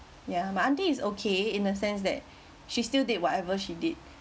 ya my aunty is okay in a sense that she still did whatever she did